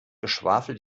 geschwafel